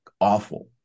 awful